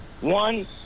one